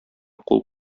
кул